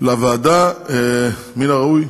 לוועדה, מן הראוי